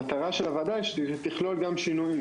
המטרה של הוועדה היא שהיא תכלול גם שינויים,